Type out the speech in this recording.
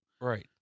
right